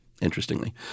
interestingly